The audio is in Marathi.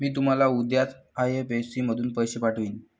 मी तुम्हाला उद्याच आई.एफ.एस.सी मधून पैसे पाठवीन